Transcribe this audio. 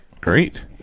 Great